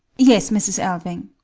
yes, mrs. alving.